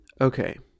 Okay